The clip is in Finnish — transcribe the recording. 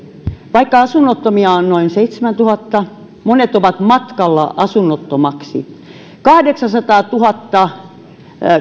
vaikka asunnottomia on noin seitsemäntuhatta monet ovat matkalla asunnottomaksi kahdeksansataatuhatta